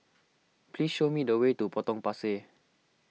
please show me the way to Potong Pasir